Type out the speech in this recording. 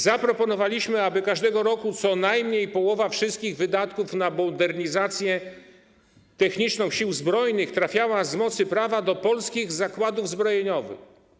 Zaproponowaliśmy, aby każdego roku co najmniej połowa wszystkich wydatków na modernizację techniczną sił zbrojnych trafiała z mocy prawa do polskich zakładów zbrojeniowych.